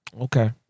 Okay